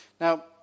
Now